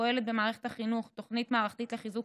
פועלת במערכת החינוך תוכנית מערכתית לחיזוק